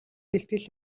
бэлтгэл